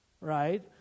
right